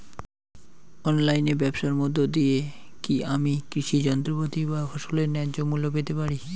অনলাইনে ব্যাবসার মধ্য দিয়ে কী আমি কৃষি যন্ত্রপাতি বা ফসলের ন্যায্য মূল্য পেতে পারি?